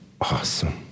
awesome